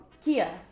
Kia